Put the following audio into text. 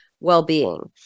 well-being